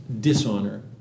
dishonor